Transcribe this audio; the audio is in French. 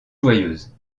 joyeuse